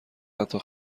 حتی